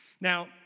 Now